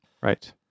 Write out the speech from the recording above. Right